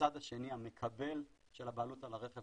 בצד השני המקבל את הבעלות על הרכב